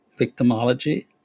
victimology